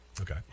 Okay